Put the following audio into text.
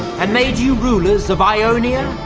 and made you rulers of ionia,